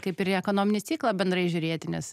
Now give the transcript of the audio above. kaip ir į ekonominį ciklą bendrai žiūrėti nes